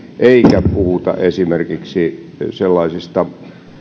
eikä puhuta esimerkiksi sellaisista